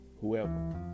whoever